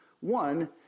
One